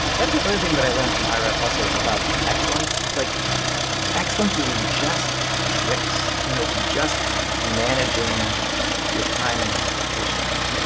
that's the other thing that i learned from ira also about excellence. like excellence is just tricks. you know it's just managing your time and your expectations.